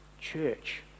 Church